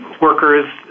workers